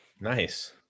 Nice